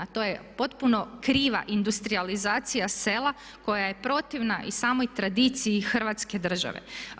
To je potpuno kriva industrijalizacija sela koja je protivna i samoj tradiciji Hrvatske države.